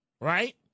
right